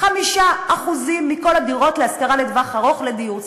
5% מכל הדירות להשכרה לטווח ארוך לדיור ציבורי.